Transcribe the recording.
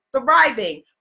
Thriving